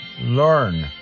Learn